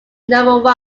number